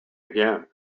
again